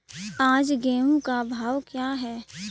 आज गेहूँ का भाव क्या है?